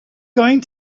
going